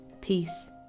peace